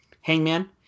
Hangman